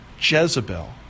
Jezebel